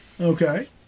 Okay